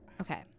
okay